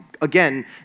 again